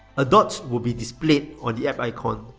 a dot will be displayed on the app icon,